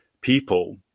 people